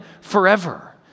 forever